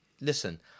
Listen